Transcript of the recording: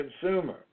consumer